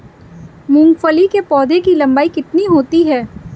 मूंगफली के पौधे की लंबाई कितनी होती है?